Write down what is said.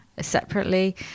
separately